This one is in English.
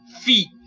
feet